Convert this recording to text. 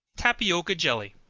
tapioca jelly.